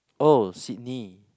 oh Sydney